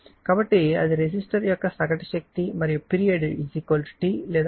కాబట్టి అది రెసిస్టర్ యొక్క సగటు శక్తి మరియు పీరియడ్ T లేదా 1f